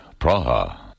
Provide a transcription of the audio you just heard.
Praha